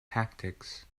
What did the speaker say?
tactics